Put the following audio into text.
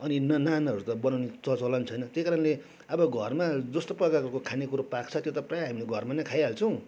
अनि न नानहरू त बनाउने च चलन छैन त्यही कारणले अब घरमा जस्तो प्रकारको खानेकुरो पाक्छ त्यो त प्रायः हामीले घरमा नै खाइहाल्छौँ